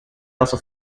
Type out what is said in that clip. also